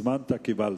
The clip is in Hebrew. הזמנת, קיבלת.